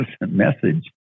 message